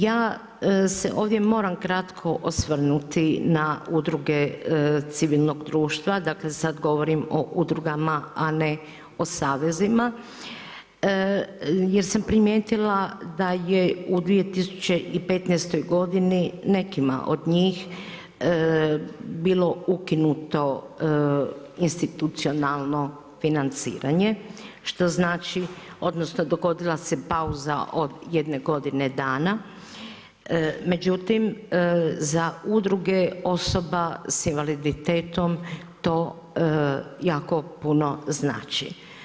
Ja se ovdje moram kratko osvrnuti na udruge civilnog društva, dakle sada govorim o udrugama a ne o savezima jer sam primijetila da je u 2015. godini nekima od njih bilo ukinuto institucionalno financiranje što znači, odnosno dogodila se pauza od jedne godine dana međutim, za udruge osoba sa invaliditetom to jako puno znači.